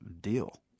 deal